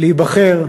להיבחר,